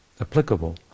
applicable